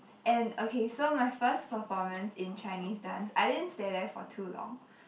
and okay so my first performance in Chinese dance I didn't stay there for too long